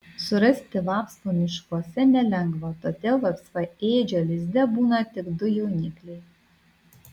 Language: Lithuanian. surasti vapsvų miškuose nelengva todėl vapsvaėdžio lizde būna tik du jaunikliai